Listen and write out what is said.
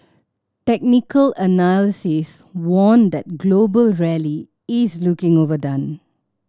technical analysis warned that global rally is looking overdone